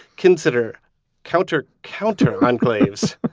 consider counter-counter enclaves,